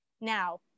now